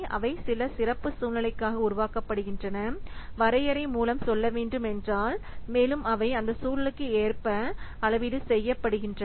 அவை சில சிறப்பு சூழ்நிலைக்காக உருவாக்கப்படுகின்றன வரையறை மூலம் சொல்ல வேண்டும் என்றால் மேலும் அவை அந்த சூழலுக்கு ஏற்ப அளவீடு செய்யப்படுகின்றன